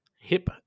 Hip